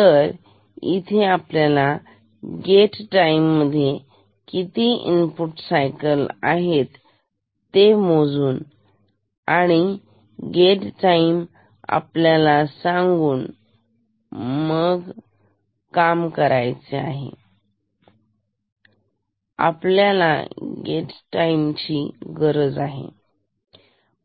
तर आपण एका गेट टाइम मध्ये किती इनपुट सायकल आहेत ते मोजू आणि गेट टाइम आपल्याला माहित आहे बरोबर त्यासाठी आपल्याला गेट टाईम ची गरज आहे